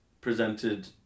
presented